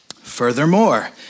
Furthermore